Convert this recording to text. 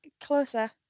Closer